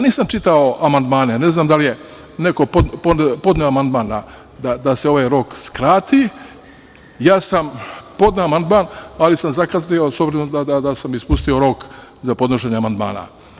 Nisam čitao amandmane, ne znam da li je neko podneo amandman da se ovaj rok skrati, podneo sam amandman ali sam zakasnio s obzirom da sam ispustio rok za podnošenje amandmana.